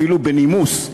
אפילו בנימוס,